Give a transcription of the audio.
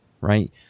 right